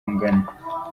ungana